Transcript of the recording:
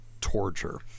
torture